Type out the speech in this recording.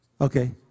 Okay